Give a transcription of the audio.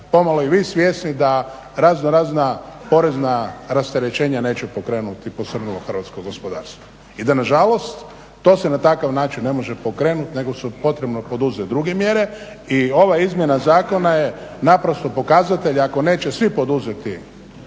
pomalo i vi svjesni da raznorazna porezna rasterećenja neće pokrenuti posrnulo hrvatsko gospodarstvo? I da nažalost to se na takav način ne može pokrenuti nego je potrebno poduzeti druge mjere. I ova izmjena zakona je naprosto pokazatelj ako neće svi poduzeti